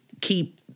keep